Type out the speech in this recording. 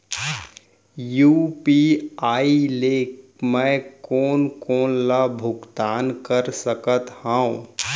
UPI ले मैं कोन कोन ला भुगतान कर सकत हओं?